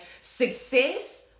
Success